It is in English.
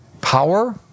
Power